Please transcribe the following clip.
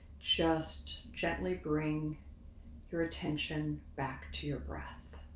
just gently bring your attention back to your breath.